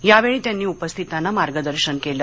यावेळी त्यांनी उपस्थितांना मार्गदर्शन केल